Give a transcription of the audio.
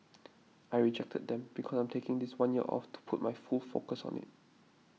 I rejected them because I'm taking this one year off to put my full focus on it